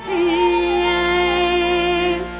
a